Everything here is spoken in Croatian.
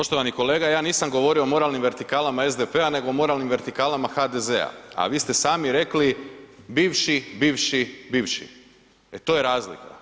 Poštovani kolega, ja nisam govorio o moralnim vertikalama SDP-a nego o moralnim vertikalama HDZ-a, a vi ste sami rekli bivši, bivši, bivši, e to je razlika.